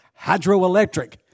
hydroelectric